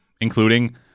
including